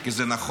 כי זה נכון,